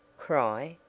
cry?